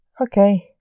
Okay